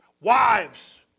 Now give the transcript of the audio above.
Wives